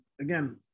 again